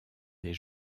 des